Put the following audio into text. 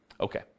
Okay